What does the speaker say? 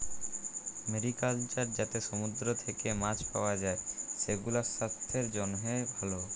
mariculture যাতে সমুদ্র থেক্যে মাছ পাওয়া যায়, সেগুলাসাস্থের জন্হে ভালো